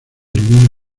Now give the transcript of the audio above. vino